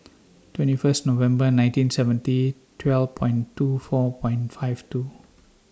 twenty First November nineteen seventy twelve and two four wine five two